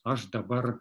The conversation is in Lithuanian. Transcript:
aš dabar